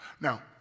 Now